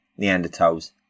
Neanderthals